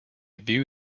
view